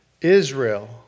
Israel